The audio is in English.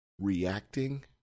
reacting